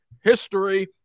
History